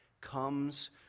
comes